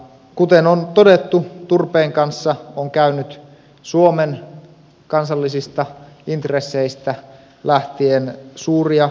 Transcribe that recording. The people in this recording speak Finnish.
kuten on todettu turpeen kanssa on käynyt suomen kansallisista intresseistä lähtien suuria virheitä